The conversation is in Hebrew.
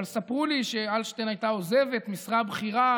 אבל ספרו לי שאלטשטיין הייתה עוזבת משרה בכירה